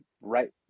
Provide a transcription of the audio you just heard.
right